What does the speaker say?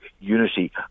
unity